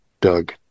Doug